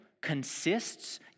consists